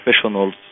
professionals